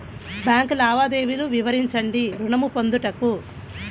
Bank లావాదేవీలు వివరించండి ఋణము పొందుటకు?